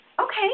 Okay